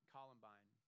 Columbine